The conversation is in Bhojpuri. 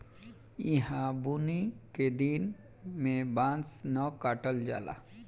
ईहा बुनी के दिन में बांस के न काटल जाला